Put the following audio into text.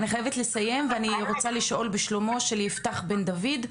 אני חייבת לסיים ואני רוצה לשאול בשלומו של יפתח בן דוד,